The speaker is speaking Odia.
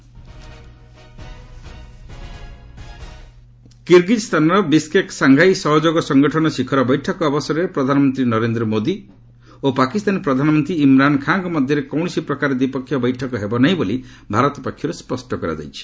ଏମ୍ସିଏ ପାକ୍ କିର୍ଗିକ୍ସାନର ବିସ୍କେକ୍ ସାଙ୍ଘାଇ ସହଯୋଗ ସଙ୍ଗଠନ ଶିଖର ବୈଠକ ଅବସରରେ ପ୍ରଧାନମନ୍ତ୍ରୀ ନରେନ୍ଦ୍ର ମୋଦି ଓ ପାକିସ୍ତାନୀ ପ୍ରଧାନମନ୍ତ୍ରୀ ଇମ୍ରାନ୍ ଖାଁଙ୍କ ମଧ୍ୟରେ କୌଣସି ପ୍ରକାର ଦ୍ୱିପକ୍ଷୀୟ ବୈଠକ ହେବ ନାହିଁ ବୋଲି ଭାରତ ପକ୍ଷରୁ ସ୍ୱଷ୍ଟ କରାଯାଇଛି